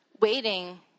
Waiting